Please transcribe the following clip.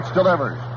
delivers